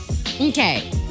Okay